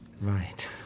Right